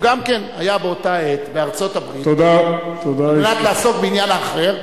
גם הוא היה באותה עת בארצות-הברית על מנת לעסוק בעניין אחר.